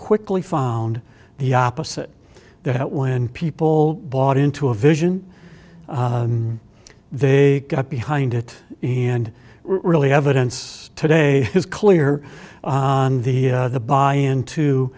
quickly found the opposite that when people bought into a vision they got behind it and really evidence today is clear on the the buy in to